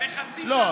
בחצי שנה?